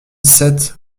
sept